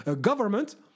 government